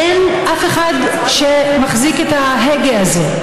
אין אף אחד שמחזיק את ההגה הזה,